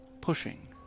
pushing